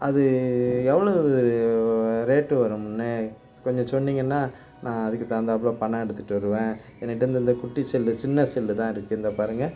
அது எவ்வளவு ரேட்டு வரும்ண்ணே கொஞ்சம் சொன்னீங்கன்னால் நான் அதுக்குத் தகுந்தாப்ல பணம் எடுத்துட்டு வருவேன் என்கிட்ட இந்த இந்த குட்டிச் செல்லு சின்ன செல்லுதான் இருக்குது இந்தா பாருங்கள்